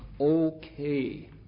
Okay